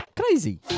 Crazy